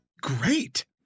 great